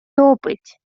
топить